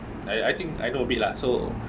I I think I know a bit lah so